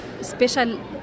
special